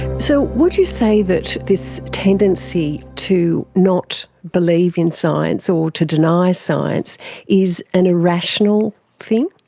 so would you say that this tendency to not believe in science or to deny science is an irrational thing?